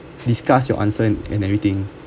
discuss your answer and everything